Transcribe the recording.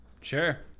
Sure